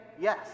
Yes